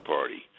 Party